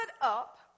up